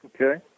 Okay